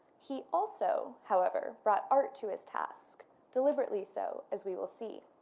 he also, however, brought art to his task deliberately so as we will see.